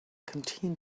canteen